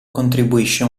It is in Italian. contribuisce